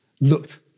looked